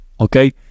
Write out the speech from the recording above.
okay